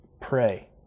pray